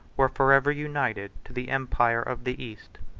were forever united to the empire of the east.